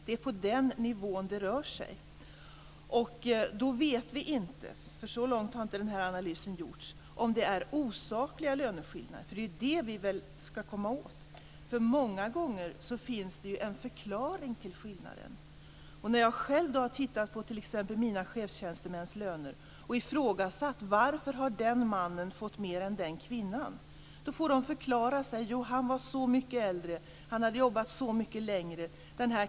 Det är den nivån det rör sig om. Då vet vi inte - så långt har denna analys inte gått - om det är osakliga löneskillnader. Det är väl det vi ska komma åt? Många gånger finns det en förklaring till skillnaden. När jag själv har tittat t.ex. på mina chefstjänstemäns löner och ifrågasatt varför en man har fått mer än en kvinna har de fått förklara sig. Mannen var så mycket äldre och hade jobbat så mycket längre.